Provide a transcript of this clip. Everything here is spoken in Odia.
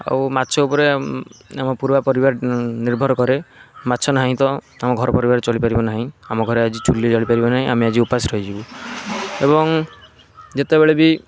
ଆଉ ମାଛ ଉପରେ ଆମ ପୁରା ପରିବାର ନିର୍ଭର କରେ ମାଛ ନାହିଁ ତ ଆମ ଘର ପରିବାର ଚଳିପାରିବ ନାହିଁ ଆମଘରେ ଆଜି ଚୁଲି ଜଳିପାରିବ ନାହିଁ ଆମେ ଆଜି ଉପାସ ରହିଯିବୁ ଏବଂ ଯେତେବଳେ ବି